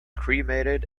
cremated